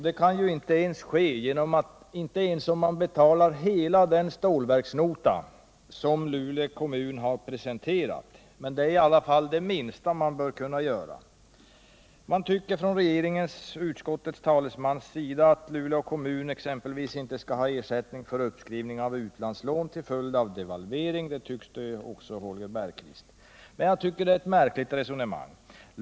Det går inte att göra det ens om man betalar hela den stålverksnota som Luleå kommun har presenterat, men det är i alla fall det minsta man bör göra. Från regeringens och utskottets sida tycker man att Luleå kommun inte skall få ersättning för exempelvis uppskrivning av utlandslån till följd av devalvering, och det tycker tydligen också Holger Bergqvist. Jag anser att man här för ett märkligt resonemang.